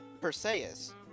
Perseus